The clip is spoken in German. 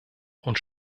und